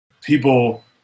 people